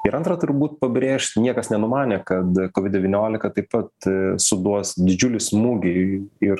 ir antra turbūt pabrėžiu niekas nenumanė kad kovid devyniolika taip pat suduos didžiulį smūgį ir